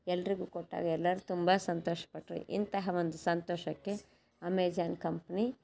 ಎಲ್ರಿಗೂ ಕೊಟ್ಟಾಗ ಎಲ್ಲರೂ ತುಂಬ ಸಂತೋಷ ಪಟ್ಟರು ಇಂತಹ ಒಂದು ಸಂತೋಷಕ್ಕೆ ಅಮೇಝಾನ್ ಕಂಪ್ನಿ